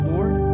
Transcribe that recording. Lord